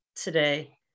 today